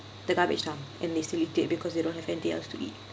the garbage dump and they still eat it because they don't have anything else to eat